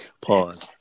Pause